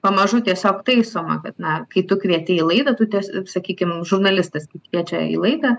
pamažu tiesiog taisoma kad na kai tu kvieti į laidą tu ties sakykim žurnalistas kviečia į laidą